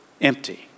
empty